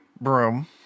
broom